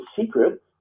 secret